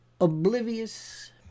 oblivious